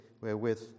wherewith